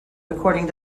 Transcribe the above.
according